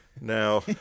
Now